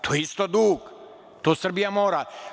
To je isto dug, to Srbija mora.